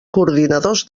coordinadors